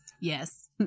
Yes